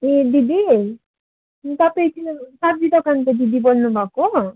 ए दिदी तपाईँ त्यो सब्जी दोकानको दिदी बोल्नु भएको